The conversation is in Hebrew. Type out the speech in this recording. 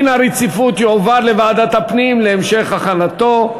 החוק יועבר לוועדת הפנים להמשך הכנתו.